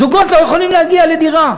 זוגות לא יכולים להגיע לדירה,